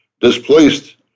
displaced